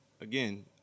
again